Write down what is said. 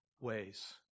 ways